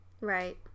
Right